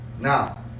Now